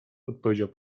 odpowiedział